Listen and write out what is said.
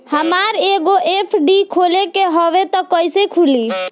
हमरा एगो एफ.डी खोले के हवे त कैसे खुली?